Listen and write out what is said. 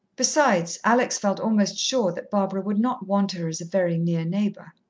besides, alex felt almost sure that barbara would not want her as a very near neighbour.